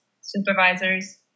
supervisors